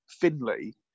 Finley